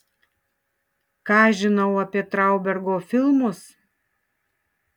ką žinau apie traubergo filmus